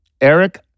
Eric